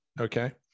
okay